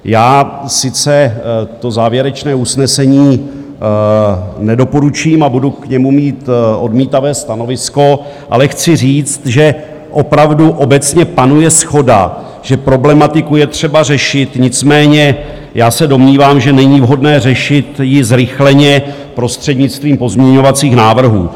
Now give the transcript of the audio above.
Já sice závěrečné usnesení nedoporučím a budu k němu mít odmítavé stanovisko, ale chci říct, že opravdu obecně panuje shoda, že problematiku je třeba řešit, nicméně já se domnívám, že není vhodné řešit ji zrychleně prostřednictvím pozměňovacích návrhů.